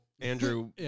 Andrew